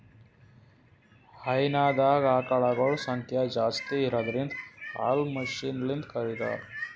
ಹೈನಾದಾಗ್ ಆಕಳಗೊಳ್ ಸಂಖ್ಯಾ ಜಾಸ್ತಿ ಇರದ್ರಿನ್ದ ಹಾಲ್ ಮಷಿನ್ಲಿಂತ್ ಕರಿತಾರ್